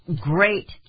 great